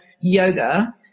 yoga